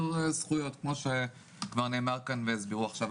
זכויות כמו שכבר נאמר כאן והסבירו עכשיו.